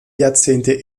jahrzehnte